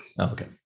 okay